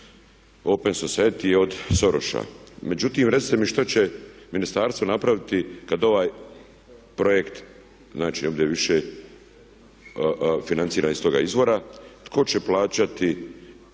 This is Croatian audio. Open society od Sorosa, međutim recite mi što će ministarstvo napraviti kad ovaj projekt znači ne bude više financiran iz toga izvora, tko će plaćati